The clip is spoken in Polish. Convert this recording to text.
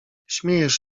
śmiejesz